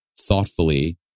thoughtfully